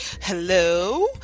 hello